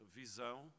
visão